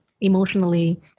emotionally